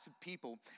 people